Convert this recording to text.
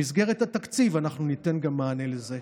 במסגרת התקציב אנחנו ניתן גם מענה לזה.